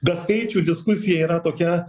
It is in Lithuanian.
be skaičių diskusija yra tokia